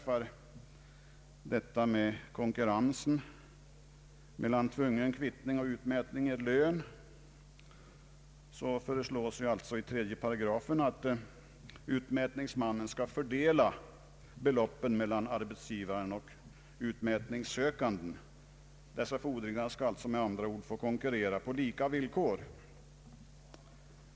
fordringens storlek — eller med andra ord — de får konkurrera på lika villkor.